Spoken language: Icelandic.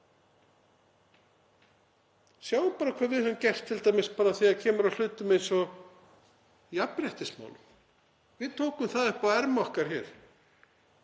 Sjáum bara hvað við höfum gert t.d. þegar kemur að hlutum eins og jafnréttismálum. Við tókum þau upp á arma okkar og